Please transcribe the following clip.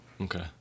Okay